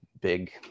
big